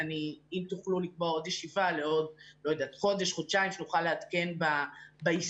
אם תוכלו לקבוע עוד ישיבה לעוד חודש-חודשיים כדי שנוכל לעדכן ביישום,